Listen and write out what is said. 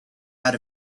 out